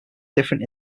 different